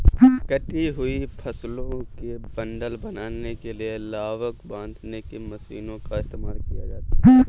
कटी हुई फसलों के बंडल बनाने के लिए लावक बांधने की मशीनों का इस्तेमाल किया जाता है